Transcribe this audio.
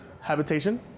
Habitation